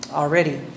already